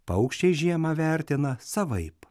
paukščiai žiemą vertina savaip